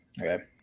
Okay